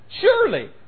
surely